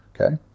Okay